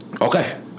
Okay